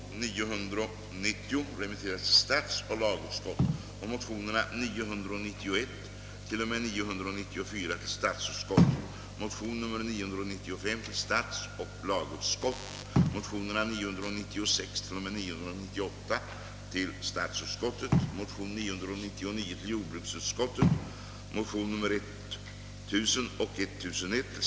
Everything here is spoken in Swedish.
Bakgrunden var de svåra kommunala finansieringsproblem som uppkommit i kranskommunerna i storstadsregionerna.